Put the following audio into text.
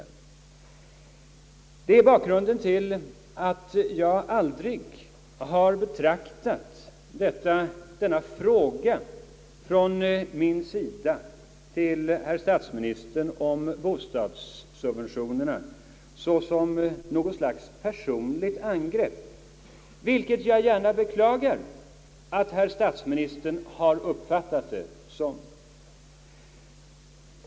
Detta är bakgrunden till att jag aldrig har betraktat min fråga till herr statsministern om bostadssubventionerna som något slags personligt angrepp. Jag beklagar att herr statsministern har uppfattat det så.